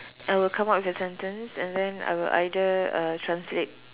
I will come out with a sentence and then I will either uh translate